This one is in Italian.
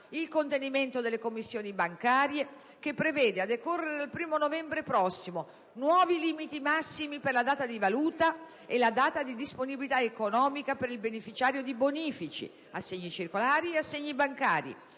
il contenimento delle commissioni bancarie, che prevedono, a decorrere dal 1° novembre prossimo, nuovi limiti massimi per la data di valuta e la data di disponibilità economica per il beneficiario di bonifici, assegni circolari e assegni bancari,